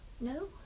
no